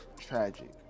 tragic